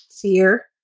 fear